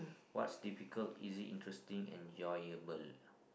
what's difficult is it interesting and enjoyable